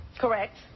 Correct